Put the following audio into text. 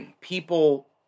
people